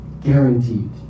Guaranteed